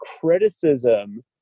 criticism